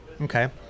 Okay